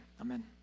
Amen